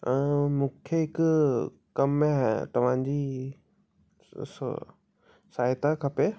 मूंखे हिकु कमु तव्हांजी सो सो सहायता खपे